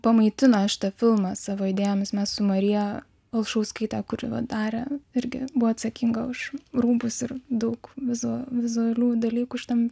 pamaitino šitą filmą savo idėjomis mes su marija alšauskaite kuri vat darė irgi buvo atsakinga už rūbus ir daug vizų vizualių dalykų šitam